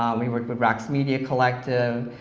um he worked with raqs media collective,